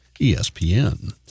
ESPN